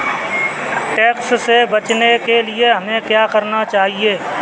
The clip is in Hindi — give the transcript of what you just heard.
टैक्स से बचने के लिए हमें क्या करना चाहिए?